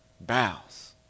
bows